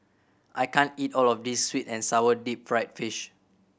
I can't eat all of this sweet and sour deep fried fish